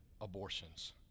abortions